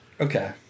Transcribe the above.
Okay